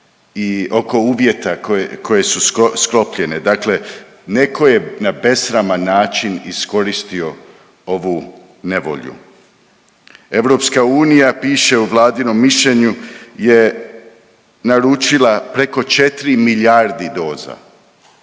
i oko uvjeta koje, koje su sklopljene. Dakle, netko je na besraman način iskoristio ovu nevolju. EU piše u Vladinom mišljenju je naručila preko 4 milijardi doza,